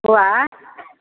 बौआ